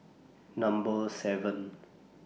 Number seven